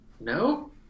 no